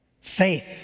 Faith